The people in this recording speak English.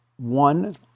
One